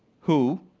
who,